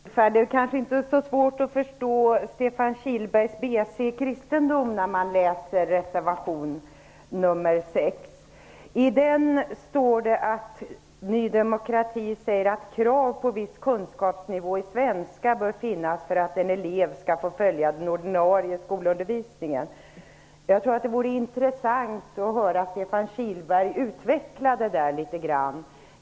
Herr talman! Det är kanske inte så svårt att förstå Stefan Kihlbergs BC i kristendom när man läser reservation nr 6. I den står att Ny demokrati anser att krav på viss kunskap i svenska bör finnas för att en elev skall få följa den ordinarie skolundervisningen. Det vore intressant att höra Stefan Kihlberg utveckla detta litet grand.